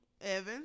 Evan